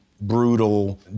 brutal